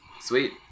Sweet